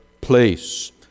place